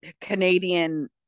Canadian